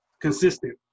consistent